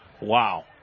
Wow